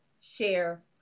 share